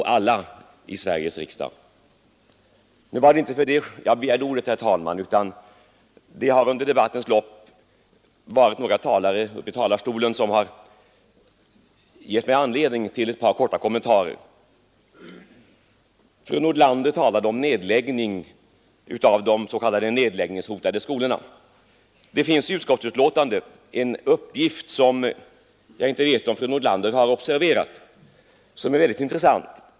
Nu var det emellertid inte för att säga detta som jag begärde ordet, herr talman, utan därför att några talare under debattens lopp har varit uppe i talarstolen och gett mig anledning till ett par korta kommentarer. Fru Nordlander talade om de s.k. nedläggningshotade skolorna. Det finns i utskottsbetänkandet en uppgift som jag inte vet om fru Nordlander har observerat men som är mycket intressant.